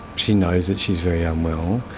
she knows that she is very unwell.